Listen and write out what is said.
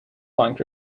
punk